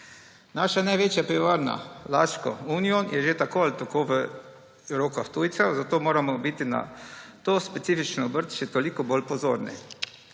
Naša največja pivovarna Laško Union je že tako ali tako v rokah tujcev, zato moramo biti na to specifično obrt še toliko bolj pozorni.